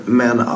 men